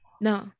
No